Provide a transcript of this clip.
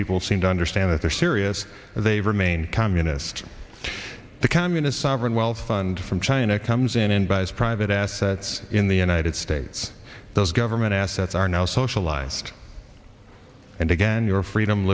people seem to understand if they're serious they remain communist the communist sovereign wealth fund from china comes in and buys private assets in the united states those government assets are now socialized and again your freedom